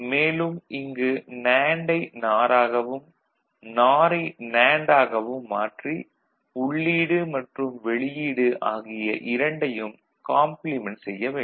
மேலும் இங்கு நேண்டு ஐ நார் ஆகவும் நார் ஐ நேண்டு ஆகவும் மாற்றி உள்ளீடு மற்றும் வெளியீடு ஆகிய இரண்டையும் காம்ப்ளிமென்ட் செய்ய வேண்டும்